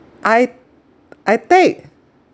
I I take